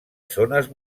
zones